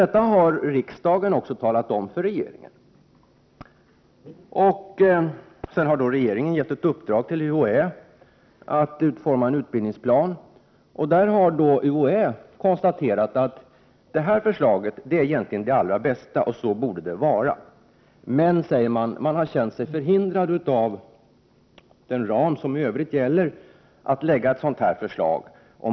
Detta har riksdagen också talat om för regeringen, och regeringen har sedan gett ett uppdrag till UHÄ att utforma en utbildningsplan. UHÄ har då konstaterat att detta förslag egentligen är det allra bästa och att det borde vara på det sättet. Men, framhålls det, man har genom den ram som gäller i övrigt känt sig förhindrad att lägga fram ett sådant förslag.